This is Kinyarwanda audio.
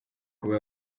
kuba